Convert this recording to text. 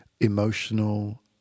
emotional